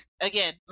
again